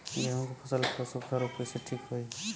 गेहूँक फसल क सूखा ऱोग कईसे ठीक होई?